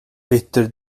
bitter